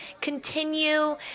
Continue